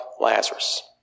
Lazarus